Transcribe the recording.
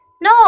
no